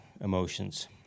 emotions